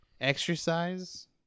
Exercise